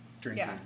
drinking